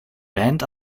band